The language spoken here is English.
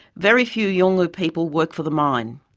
very few yolngu people work for the mine.